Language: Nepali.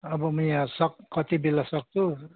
अब म यहाँ सक कति बेला सक्छु